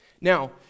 Now